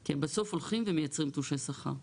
כי הם בסוף הולכים ומייצרים תלושי שכר.